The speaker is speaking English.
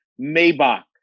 Maybach